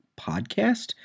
podcast